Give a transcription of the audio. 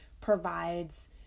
provides